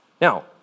Now